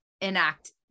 enact